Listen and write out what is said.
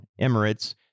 Emirates